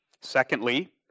Secondly